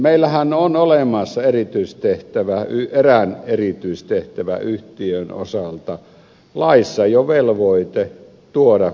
meillähän on olemassa erään erityistehtäväyhtiön osalta laissa jo velvoite tuoda vuosikertomukset